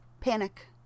Panic